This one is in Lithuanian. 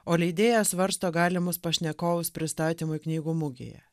o leidėja svarsto galimus pašnekovus pristatymui knygų mugėje